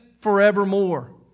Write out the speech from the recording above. forevermore